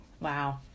Wow